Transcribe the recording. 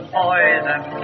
poison